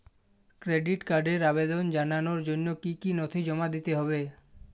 Credit কার্ডের আবেদন জানানোর জন্য কী কী নথি জমা দিতে হবে?